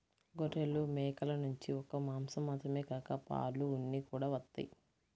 గొర్రెలు, మేకల నుంచి ఒక్క మాసం మాత్రమే కాక పాలు, ఉన్ని కూడా వత్తయ్